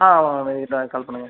ஆ call பண்ணுங்கள்